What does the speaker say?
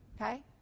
Okay